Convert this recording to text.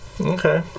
Okay